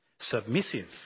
submissive